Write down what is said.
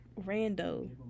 rando